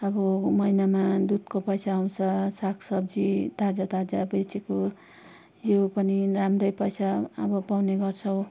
अब महिनामा दुधको पैसा आउँछ सागसब्जी ताजा ताजा बेचेको यो पनि राम्रै पैसा अब पाउने गर्छौँ